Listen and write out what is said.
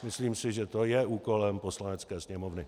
Myslím si, že to je úkolem Poslanecké sněmovny.